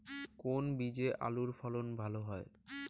কোন বীজে আলুর ফলন ভালো হয়?